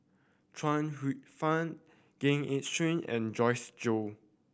Chuang Hsueh Fang Gan Eng Seng and Joyce Jue